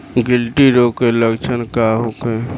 गिल्टी रोग के लक्षण का होखे?